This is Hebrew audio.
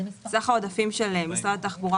סך העודפים של משרד התחבורה